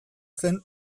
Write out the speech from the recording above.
zen